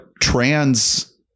trans